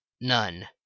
None